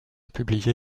publiée